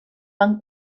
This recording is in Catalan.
van